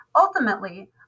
ultimately